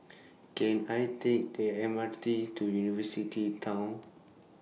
Can I Take The M R T to University Town